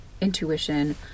intuition